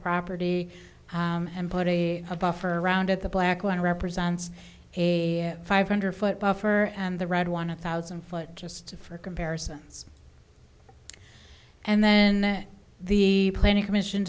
property and put a buffer around at the black line represents a five hundred foot buffer and the red one of thousand foot just for comparisons and then the planning commission